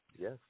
Yes